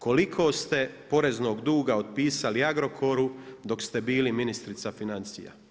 Koliko ste poreznog duga otpisali Agrokoru dok ste bili ministrica financija?